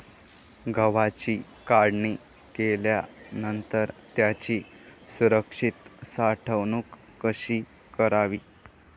गव्हाची काढणी केल्यानंतर त्याची सुरक्षित साठवणूक कशी करावी?